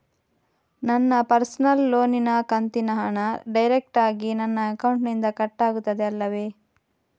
ನನ್ನ ಪರ್ಸನಲ್ ಲೋನಿನ ಕಂತಿನ ಹಣ ಡೈರೆಕ್ಟಾಗಿ ನನ್ನ ಅಕೌಂಟಿನಿಂದ ಕಟ್ಟಾಗುತ್ತದೆ ಅಲ್ಲವೆ?